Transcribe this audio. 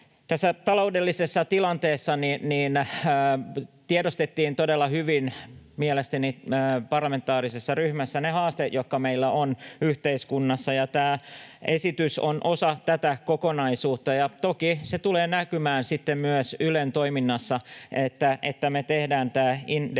Tässä taloudellisessa tilanteessa tiedostettiin todella hyvin mielestäni parlamentaarisessa ryhmässä ne haasteet, joita meillä on yhteiskunnassa. Tämä esitys on osa tätä kokonaisuutta, ja toki se tulee näkymään sitten myös Ylen toiminnassa, että me tehdään tämä indeksijäädytys